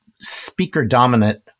Speaker-dominant